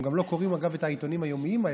הם גם לא קוראים את העיתונים היומיים האלה.